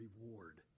reward